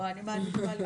לא, אני מעדיפה להיות כאן.